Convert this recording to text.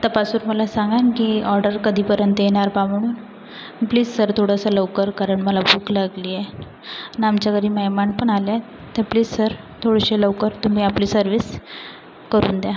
तपासून मला सांगान की ऑर्डर कधीपर्यंत येणार बा म्हणून प्लीज सर थोडंसं लवकर कारण मला भूक लागली आहे आणि आमच्या घरी मेहमान पण आले आहेत तर प्लीज सर थोडीशी लवकर तुम्ही आपली सर्व्हिस करून द्या